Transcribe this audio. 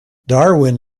darwin